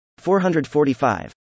445